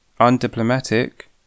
Undiplomatic